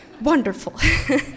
wonderful